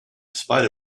spite